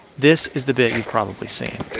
this is the bit you've probably seen